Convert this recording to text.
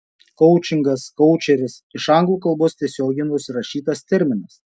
koučingas koučeris iš anglų kalbos tiesiogiai nusirašytas terminas